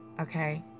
okay